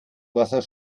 wasser